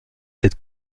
cette